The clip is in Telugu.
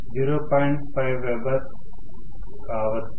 5 వెబెర్ కావచ్చు